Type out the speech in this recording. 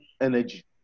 energy